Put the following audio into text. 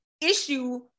issue